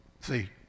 See